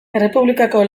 errepublikako